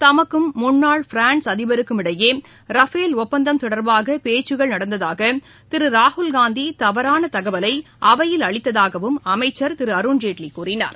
தமக்கும் முன்னாள் பிரான்ஸ் அதிபருக்கும் இடையே ரஃபேல் ஒப்பந்தம் தொடர்பாக பேச்சுக்கள் நடந்ததாக திரு ராகுல்காந்தி தவறான தகவலை அவையில் அளித்ததாகவும் அமைச்சர் திரு அருண்ஜேட்லி கூறினார்